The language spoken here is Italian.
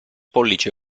pollice